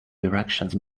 directions